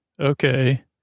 Okay